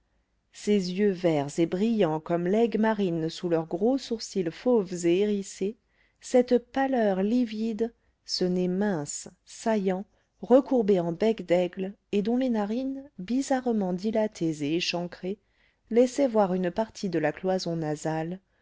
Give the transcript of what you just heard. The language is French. ces yeux verts et brillants comme laigue marine sous leurs gros sourcils fauves et hérissés cette pâleur livide ce nez mince saillant recourbé en bec d'aigle et dont les narines bizarrement dilatées et échancrées laissaient voir une partie de la cloison nasale